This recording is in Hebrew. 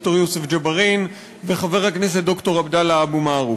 חבר הכנסת ד"ר יוסף ג'בארין וחבר הכנסת ד"ר עבדאללה אבו מערוף.